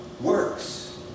works